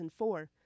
2004